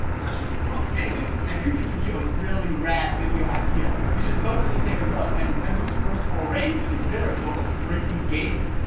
that's just r ah anyway, i'm here to give you a really rad video idea. you should totally take a look at nintendo's first foray into the miracle of three d gaming.